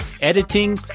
editing